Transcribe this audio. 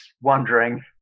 wondering